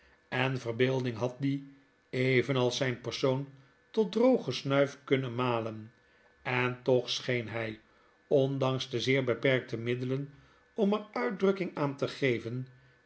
en verbeelding had die evenals zyn persoon tot droge snuif kunnen malen en toch scheen hij ondanks de zeer beperkte middelen om er uitdrukking aan te geven